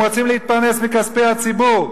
הם רוצים להתפרנס מכספי הציבור,